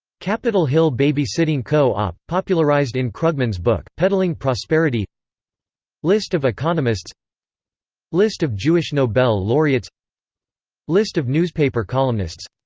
capitol hill baby-sitting co-op, popularized in krugman's book, peddling prosperity list of economists list of jewish nobel laureates list of newspaper columnists